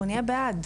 אנחנו נהיה בעד.